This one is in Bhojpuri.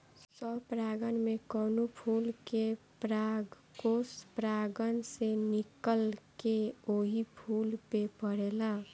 स्वपरागण में कवनो फूल के परागकोष परागण से निकलके ओही फूल पे पड़ेला